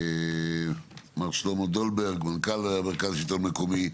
מר שלמה דולברג, מנכ"ל מרכז השלטון המקומי,